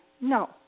No